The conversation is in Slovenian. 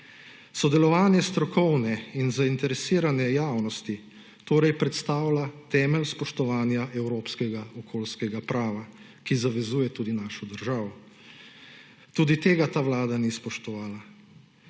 Sodelovanje strokovne in zainteresirane javnosti torej predstavlja temelj spoštovanja evropskega okoljskega prava, ki zavezuje tudi našo državo. Tudi tega ta vlada ni spoštovala.